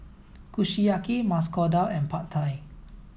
Kushiyaki Masoor Dal and Pad Thai